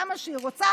כמה שהיא רוצה,